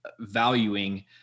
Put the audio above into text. valuing